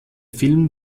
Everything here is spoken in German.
film